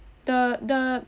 the the